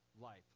life